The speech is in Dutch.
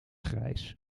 grijs